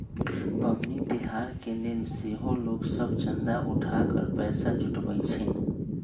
पबनि तिहार के लेल सेहो लोग सभ चंदा उठा कऽ पैसा जुटाबइ छिन्ह